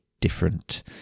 different